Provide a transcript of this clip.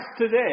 today